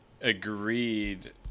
agreed